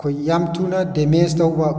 ꯑꯩꯈꯣꯏꯒꯤ ꯌꯥꯝ ꯊꯨꯅ ꯗꯦꯃꯦꯖ ꯇꯧꯕ